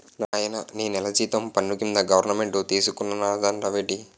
నాయనా నీ నెల జీతం పన్ను కింద గవరమెంటు తీసుకున్నాదన్నావేటి